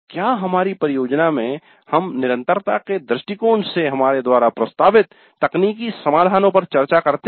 क्या हमारी परियोजना में हम निरंतरता के दृष्टिकोण से हमारे द्वारा प्रस्तावित तकनीकी समाधानों पर चर्चा करते हैं